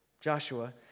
Joshua